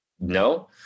no